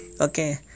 okay